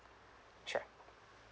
sure